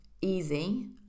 easy